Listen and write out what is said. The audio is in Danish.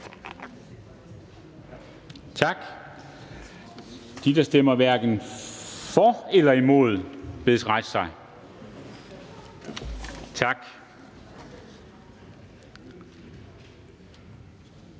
Tak. De, der stemmer hverken for eller imod, bedes rejse sig. Tak.